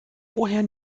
woher